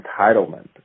entitlement